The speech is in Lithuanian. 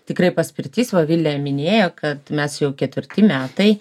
tikrai paspirtis va vilija minėjo kad mes jau ketvirti metai